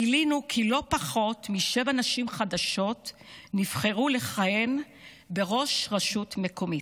גילינו כי לא פחות משבע נשים חדשות נבחרו לכהן בראש רשות מקומית.